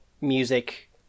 music